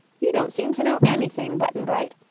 you don't seem to know anything, button-bright.